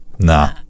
Nah